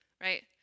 right